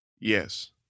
Yes